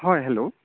হয় হেল্ল'